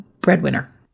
breadwinner